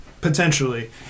potentially